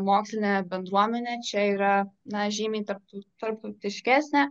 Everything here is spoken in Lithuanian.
mokslinė bendruomenė čia yra na žymiai tarp tų tarptautiškesnė